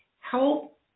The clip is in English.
help